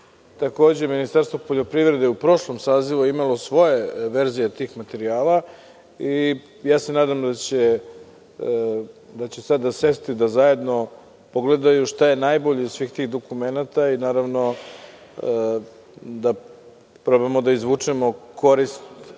takođe je i Ministarstvo poljoprivrede u prošlom sazivu imalo svoje verzije tih materijala, te se nadam da će sada sesti da zajedno pogledaju šta je najbolje iz svih tih dokumenata i da probamo da izvučemo korist